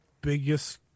biggest